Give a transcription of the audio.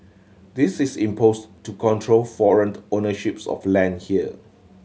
this is imposed to control foreign ownership of land here